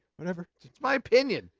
whatever. it's it's my opinion!